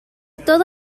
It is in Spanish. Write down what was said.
todo